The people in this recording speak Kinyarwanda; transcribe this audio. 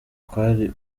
kwari